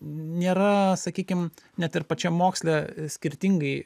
nėra sakykim net ir pačiam moksle skirtingai